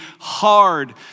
hard